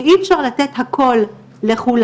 ואי אפשר לתת הכל לכולם,